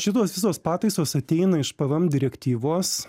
šitos visos pataisos ateina iš pvm direktyvos